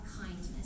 kindness